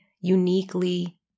uniquely